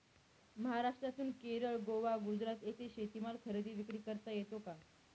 महाराष्ट्रातून केरळ, गोवा, गुजरात येथे शेतीमाल खरेदी विक्री करता येतो का?